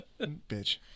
Bitch